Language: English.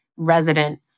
resident